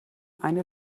eine